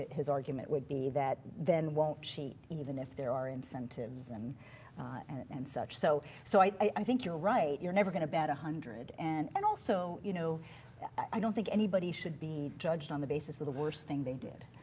his argument would be that then won't cheat even if there are incentives and and and such. so so i i think you're right, you're never gonna bat one hundred. and and also you know yeah i don't think anybody should be judged on the basis of the worst thing they did.